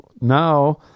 Now